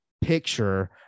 picture